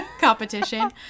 competition